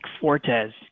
Fortes